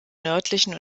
nördlichen